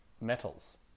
metals